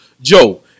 Joe